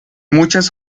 muchas